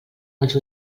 els